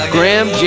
Graham